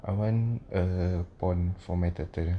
I want a pond for my turtle